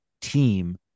team